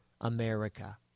America